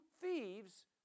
thieves